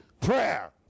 prayer